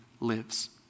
lives